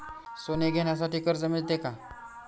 सोने घेण्यासाठी कर्ज मिळते का?